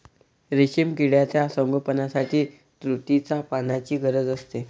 रेशीम किड्यांच्या संगोपनासाठी तुतीच्या पानांची गरज असते